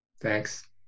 Thanks